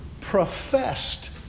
professed